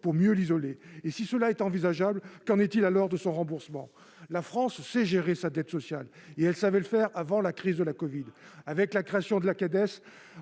pour mieux l'isoler ? Et si cela est envisageable, qu'en est-il de son remboursement ? La France sait gérer sa dette sociale. Et elle savait le faire avant la crise de la covid. Avec la création de la Caisse